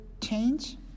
change